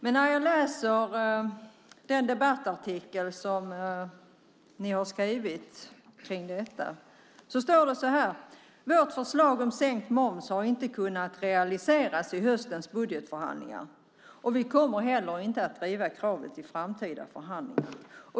I den debattartikel som ni har skrivit om detta står det så här: "Vårt förslag om sänkt moms har inte kunnat realiseras i höstens budgetförhandlingar. Vi kommer heller inte att driva kravet i framtida förhandlingar."